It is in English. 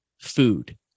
food